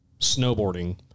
snowboarding